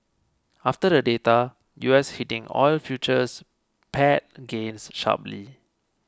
after the data U S heating oil futures pared gains sharply